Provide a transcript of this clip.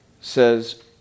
says